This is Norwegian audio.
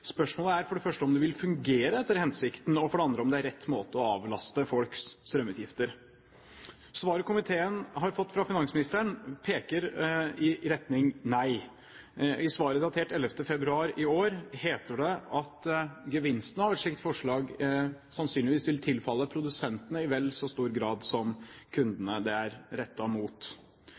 Spørsmålet er for det første om det vil fungere etter hensikten, og for det andre om det er rett måte å avlaste folks strømutgifter på. Svaret komiteen har fått fra finansministeren, peker i retning nei. I svaret, datert 11. februar i år, heter det at gevinsten av et slikt forslag sannsynligvis vil tilfalle produsentene i vel så stor grad som kundene det er rettet mot.